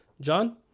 John